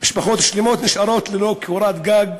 משפחות שלמות נשארות לא קורת גג,